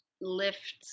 lifts